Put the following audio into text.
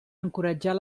encoratjar